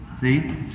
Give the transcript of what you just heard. See